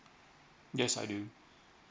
yes I do